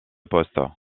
poste